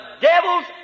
devil's